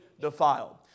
defiled